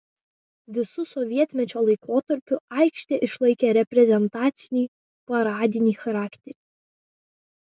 visu sovietmečio laikotarpiu aikštė išlaikė reprezentacinį paradinį charakterį